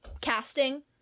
casting